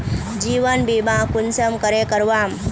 जीवन बीमा कुंसम करे करवाम?